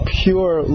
pure